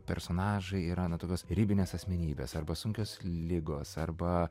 personažai yra na tokios ribinės asmenybės arba sunkios ligos arba